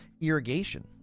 irrigation